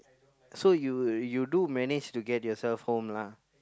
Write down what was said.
so you you do manage to get yourself home lah